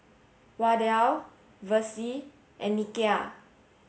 Wardell Versie and Nikia